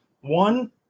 One –